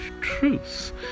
truth